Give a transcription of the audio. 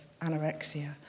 anorexia